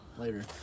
Later